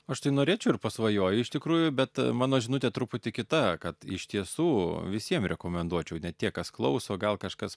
aš tai norėčiau ir pasvajoju iš tikrųjų bet mano žinutė truputį kita kad iš tiesų visiem rekomenduočiau ne tie kas klauso gal kažkas